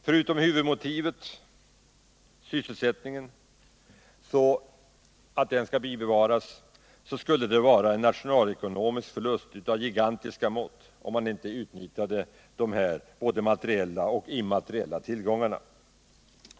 Förutom huvudmotivet, bibehållandet av sysselsättningen, skulle det vara en nationell förlust av gigantiska mått om man inte utnyttjade dessa materiella och immateriella tillgångar.